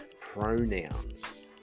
pronouns